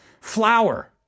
Flour